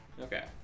Okay